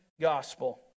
gospel